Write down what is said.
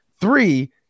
three